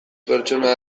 pertsona